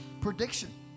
prediction